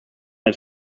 het